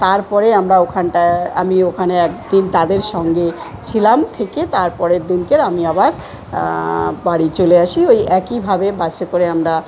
তারপরে আমরা ওখানটায় আমি ওখানে একদিন তাদের সঙ্গে ছিলাম থেকে তার পরের দিনকে আমি আবার বাড়ি চলে আসি ওই একইভাবে বাসে করে আমরা